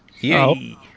Yay